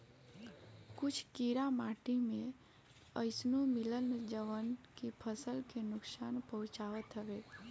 कुछ कीड़ा माटी में अइसनो मिलेलन जवन की फसल के नुकसान पहुँचावत हवे